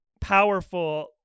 powerful